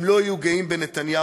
הם לא יהיו גאים בנתניהו,